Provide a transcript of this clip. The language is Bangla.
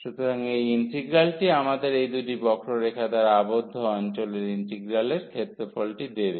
সুতরাং এই ইন্টিগ্রালটি আমাদের এই দুটি বক্ররেখা দ্বারা আবদ্ধ অঞ্চলের ইন্টিগ্রালের ক্ষেত্রফলটি দেবে